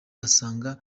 asanga